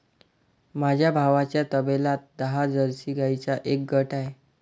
माझ्या भावाच्या तबेल्यात दहा जर्सी गाईंचा एक गट आहे